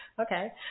Okay